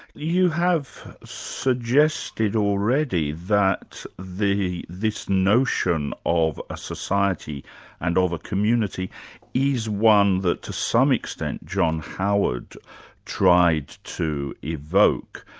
you have suggested already that this notion of a society and of a community is one that to some extent john howard tried to evoke,